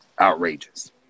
outrageous